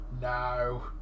no